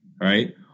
right